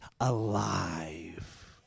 alive